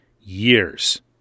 years